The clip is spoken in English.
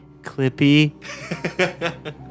Clippy